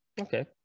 Okay